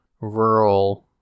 rural